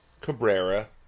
Cabrera